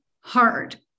hard